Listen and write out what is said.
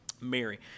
mary